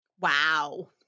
Wow